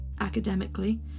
Academically